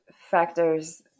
factors